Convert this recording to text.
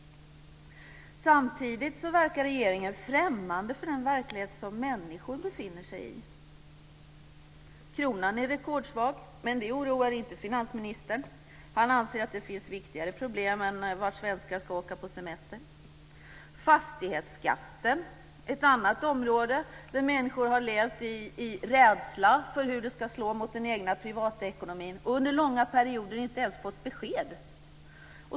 Samtidigt verkar regeringen främmande för den verklighet som människor befinner sig i. Kronan är rekordsvag, men det oroar inte finansministern. Han anser att det finns viktigare problem än vart svenskar ska åka på semester. Fastighetsskatten är ett annat område. Människor har levt i rädsla för hur den ska slå mot den egna privatekonomin, och under långa perioder har de inte ens fått besked.